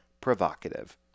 provocative